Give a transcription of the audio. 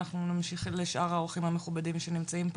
ואנחנו ממשיכים לשאר האורחים המכובדים שנמצאים פה.